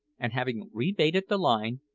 and having re-baited the line,